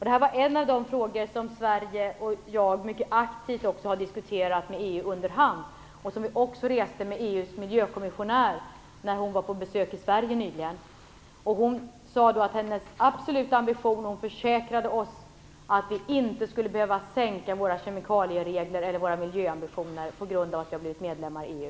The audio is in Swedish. Det här var en av de frågor som Sverige och jag mycket aktivt har diskuterat med EU under hand. Frågan togs upp med EU:s miljökommissionär när hon nyligen var på besök i Sverige. Hon sade att hennes absoluta ambition var, och hon försäkrade oss, att vi inte skulle behöva sänka våra kemikalieregler eller våra miljöambitioner på grund av att vi har blivit medlemmar i EU.